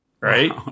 Right